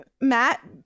matt